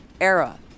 era